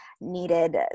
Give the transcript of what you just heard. needed